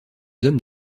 hommes